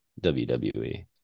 wwe